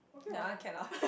that one cannot